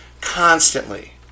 Constantly